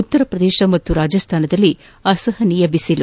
ಉತ್ತರಪ್ರದೇಶ ಮತ್ತು ರಾಜಸ್ಲಾನದಲ್ಲಿ ಅಸಹನೀಯ ಬಿಸಿಲು